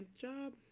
job